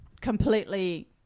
completely